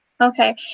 Okay